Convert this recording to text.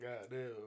Goddamn